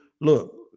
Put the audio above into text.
look